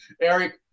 Eric